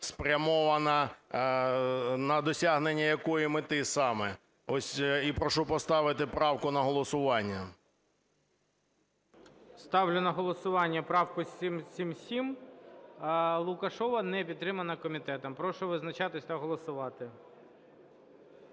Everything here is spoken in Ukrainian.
спрямована на досягнення якої мети саме? Ось і прошу поставити правку на голосування. ГОЛОВУЮЧИЙ. Ставлю на голосування правку 777 Лукашева. Не підтримана комітетом. Прошу визначатись та голосувати.